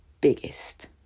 biggest